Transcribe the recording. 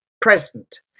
present